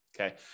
Okay